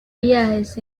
viajes